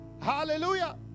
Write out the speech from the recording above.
hallelujah